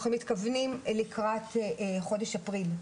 אנחנו מתכוונים לקראת חודש אפריל,